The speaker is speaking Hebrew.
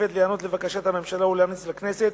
המשותפת להיענות לבקשת הממשלה ולהמליץ לכנסת